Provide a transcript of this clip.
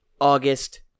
august